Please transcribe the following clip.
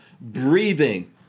Breathing